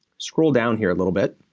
scroll down here a little bit.